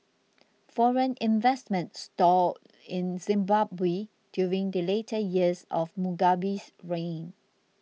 foreign investment stalled in Zimbabwe during the later years of Mugabe's reign